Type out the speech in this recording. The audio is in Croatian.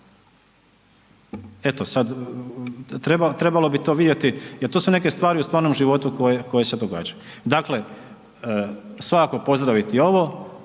Eto sad, trebalo bi to vidjeti, jer to su neke stvari u stvarnom životu koje se događaju. Dakle, svakako pozdraviti ovo